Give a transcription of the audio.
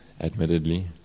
admittedly